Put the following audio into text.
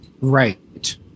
Right